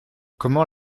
comment